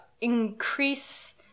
increase